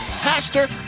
Pastor